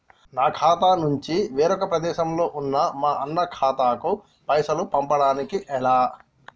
నా ఖాతా నుంచి వేరొక ప్రదేశంలో ఉన్న మా అన్న ఖాతాకు పైసలు పంపడానికి ఎలా?